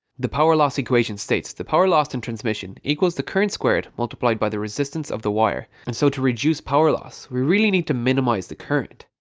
the power loss equation states the power lost in transmission equals the current squared multiplied by the resistance of the wire and so to reduce power loss we really need to minimise the current.